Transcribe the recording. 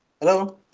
hello